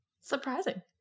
Surprising